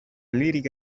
lirica